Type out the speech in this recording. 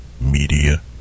Media